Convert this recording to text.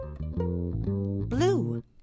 Blue